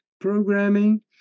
programming